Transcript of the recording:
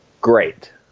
great